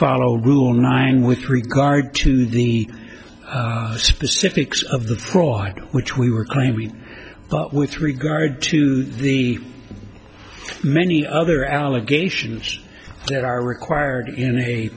follow rule nine with regard to the specifics of the fraud which we were claiming but with regard to the many other allegations that are required in a